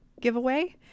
giveaway